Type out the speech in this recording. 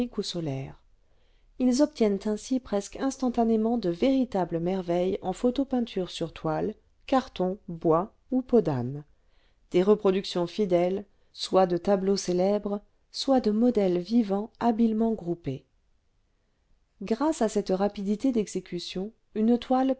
solaire ils obtiennent ainsi presque instantanément de véritables merveilles en photopeinture sur toile carton bois ou peau d'âne des reproductions fidèles soit de tableaux célèbres soit de modèles vivants habilement groupés i le vingtième siècle grâce à cette rapidité d'exécution une toile